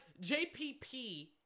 JPP